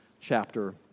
chapter